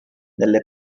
nelle